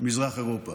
מזרח אירופה,